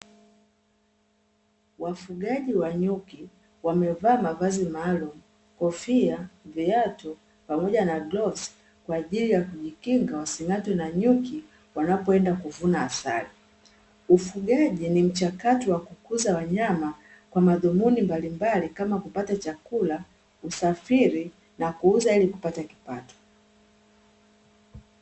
Wafugaji wa nyuki wamevaa mavazi maalumu: kofia, viatu, pamoja na glovu; kwa ajili ya kujikinga wasing'atwe na nyuki wanapoenda kuvuna asali. Ufugaji ni mchakato wa kukuza wanyama kwa madhumuni mbalimbali kama kupata chakula, usafiri, na kuuza ili kupata kipato.